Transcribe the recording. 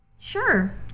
Sure